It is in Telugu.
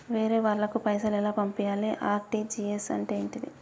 వేరే వాళ్ళకు పైసలు ఎలా పంపియ్యాలి? ఆర్.టి.జి.ఎస్ అంటే ఏంటిది?